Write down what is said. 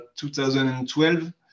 2012